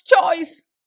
choice